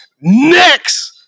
next